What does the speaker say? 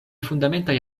fundamentaj